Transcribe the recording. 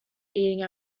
eating